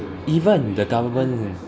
even the government